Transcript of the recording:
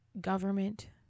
government